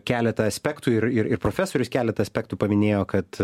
keletą aspektų ir ir ir profesorius keletą aspektų paminėjo kad